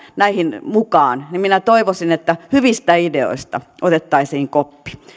näihin mukaan niin minä toivoisin että hyvistä ideoista otettaisiin koppi